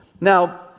Now